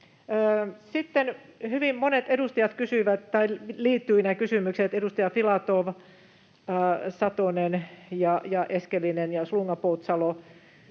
Sitten hyvin monet edustajat kysyivät, tai kysymykset liittyivät — edustajat Filatov, Satonen, Eskelinen ja Slunga-Poutsalo